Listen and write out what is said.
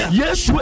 yes